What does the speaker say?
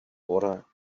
water